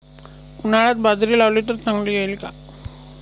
उन्हाळ्यात बाजरी लावली तर चांगली येईल का?